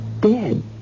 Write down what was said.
Dead